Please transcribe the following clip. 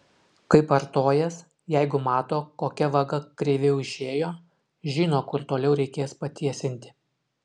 kaip artojas jeigu mato kokia vaga kreiviau išėjo žino kur toliau reikės patiesinti